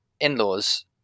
in-law's